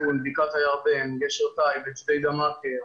בקעת הירדן, --- ג'דידה מכר,